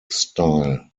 style